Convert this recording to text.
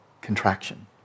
contraction